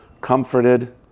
Comforted